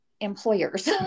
employers